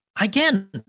Again